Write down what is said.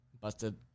busted